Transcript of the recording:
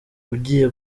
ugiye